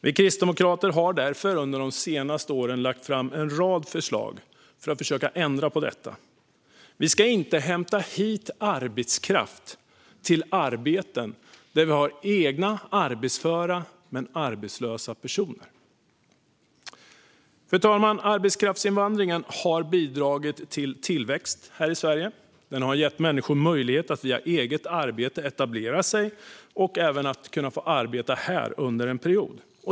Vi kristdemokrater har därför under de senaste åren lagt fram en rad förslag för att försöka ändra på detta. Vi ska inte hämta hit arbetskraft till arbeten där vi har egna arbetsföra men arbetslösa personer. Fru talman! Arbetskraftsinvandringen har bidragit till tillväxt här i Sverige och gett människor möjlighet att via eget arbete etablera sig och även arbeta här under en period.